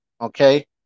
Okay